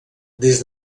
des